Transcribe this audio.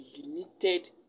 limited